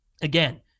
again